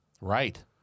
right